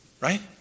Right